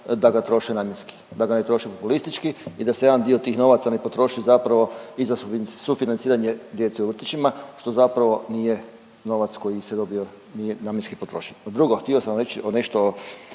da ga troše namjenski, da ga ne troše populistički i da se jedan dio tih novaca ne potroši zapravo i za sufinanciranje djece u vrtićima, što zapravo nije novac koji se dobio, nije namjenski potrošen. Drugo, htio sam reći nešto